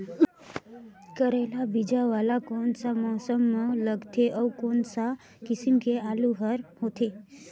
करेला बीजा वाला कोन सा मौसम म लगथे अउ कोन सा किसम के आलू हर होथे?